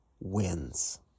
wins